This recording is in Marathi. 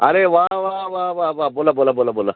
अरे वा वा वा वा बोला बोला बोला बोला